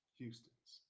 Houston's